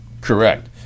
Correct